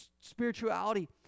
spirituality